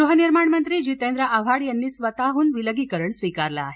गृहनिर्माणमंत्री जीतेंद्र आव्हाड यांनी स्वतः ह्न विलगीकरण स्वीकारलं आहे